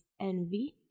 envy